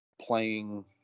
playing